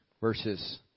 verses